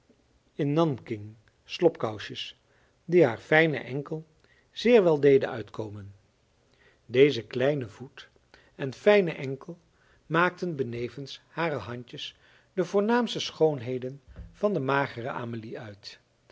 in nanking slobkousjes die haar fijnen enkel zeer wel deden uitkomen deze kleine voet en fijne enkel maakten benevens hare handjes de voornaamste schoonheden van de magere amelie uit